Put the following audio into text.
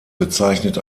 bezeichnet